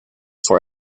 for